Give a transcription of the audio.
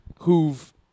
who've